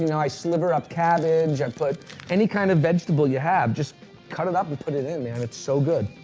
you know i sliver up cabbage. i and put any kind of vegetable you have. just cut it up and put it in, man, it's so good.